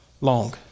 long